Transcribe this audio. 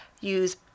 use